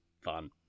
Fun